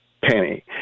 Penny